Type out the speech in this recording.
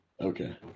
Okay